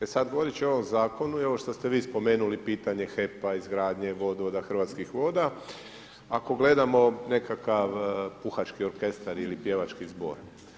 E sad, govoreći o ovom zakonu i ovo što ste vi spomenuli pitanje HEP-a, izgradnje vodovoda, Hrvatskih voda ako gledamo nekakav puhački orkestar ili pjevački zbor.